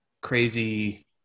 crazy